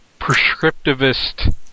prescriptivist